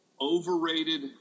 Overrated